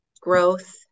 growth